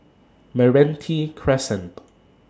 Meranti Crescent